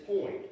point